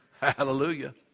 Hallelujah